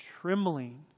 trembling